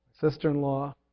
sister-in-law